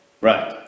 Right